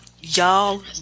Y'all